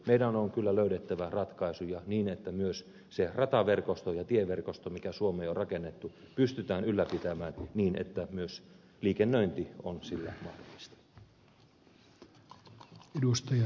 meidän on kyllä löydettävä ratkaisuja niin että myös se rataverkosto ja tieverkosto mikä suomeen on rakennettu pystytään ylläpitämään niin että myös liikennöinti on sillä mahdollista